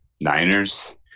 Niners